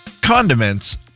condiments